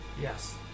Yes